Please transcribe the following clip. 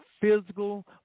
physical